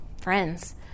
friends